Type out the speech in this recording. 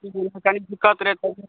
कनि दिकक्त रहै